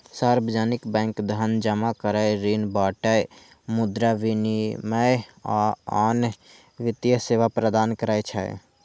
सार्वजनिक बैंक धन जमा करै, ऋण बांटय, मुद्रा विनिमय, आ आन वित्तीय सेवा प्रदान करै छै